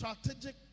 strategic